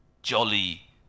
Jolly